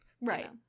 Right